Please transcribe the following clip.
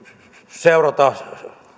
seurata